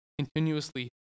continuously